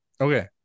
Okay